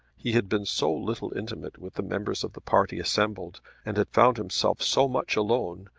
he had been so little intimate with the members of the party assembled and had found himself so much alone,